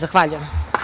Zahvaljujem.